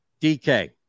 DK